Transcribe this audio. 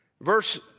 Verse